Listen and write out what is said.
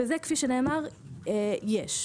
וזה, כפי שנאמר, יש.